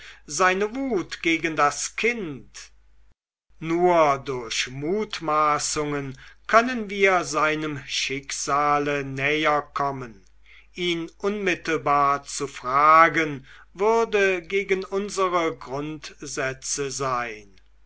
seine wut gegen das kind nur durch mutmaßungen können wir seinem schicksale näherkommen ihn unmittelbar zu fragen würde gegen unsere grundsätze sein